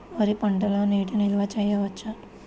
వరి పంటలో నీటి నిల్వ చేయవచ్చా?